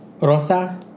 Rosa